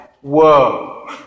Whoa